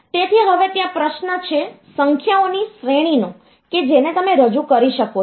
તેથી હવે ત્યાં પ્રશ્ન છે સંખ્યાઓની શ્રેણીનો કે જેને તમે રજૂ કરી શકો છો